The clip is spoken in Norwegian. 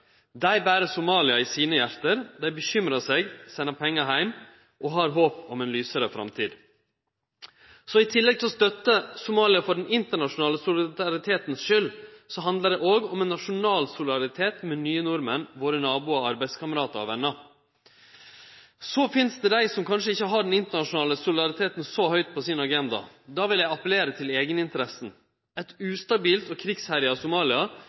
Dei ber Somalia i hjarta sine, dei bekymrar seg, sender pengar heim og har håp om ei lysare framtid. Så i tillegg til å støtte Somalia for den internasjonale solidaritetens skuld, handlar det òg om ein nasjonal solidaritet med nye nordmenn – våre naboar, arbeidskameratar og venar. Det finst også dei som kanskje ikkje har den internasjonale solidariteten så høgt på sin agenda. Då vil eg appellere til eigeninteressa. Eit ustabilt og krigsherja Somalia